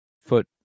foot